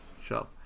Sure